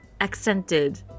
accented